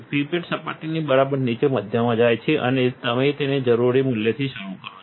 pipette સપાટીની બરાબર નીચે મધ્યમાં જાય છે અને તમે તમને જરૂરી મુલ્યથી શરૂ કરો છો